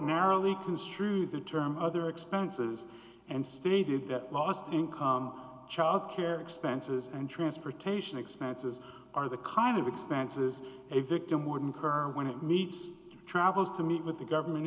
narrowly construed the term other expenses and stated that lost income child care expenses and transportation expenses are the kind of expenses a victim would incur when it meets travels to meet with the government